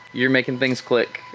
you're making things click.